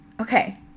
Okay